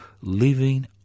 living